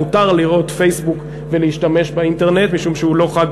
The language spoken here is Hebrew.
מותר לראות פייסבוק ולהשתמש באינטרנט משום שהוא לא חג,